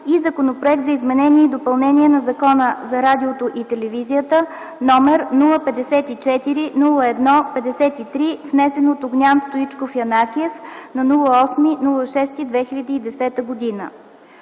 и Законопроект за изменение и допълнение на Закона за радиото и телевизията № 054-01-53, внесен от Огнян Стоичков Янакиев на 08 юни 2010 г.